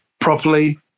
properly